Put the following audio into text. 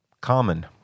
common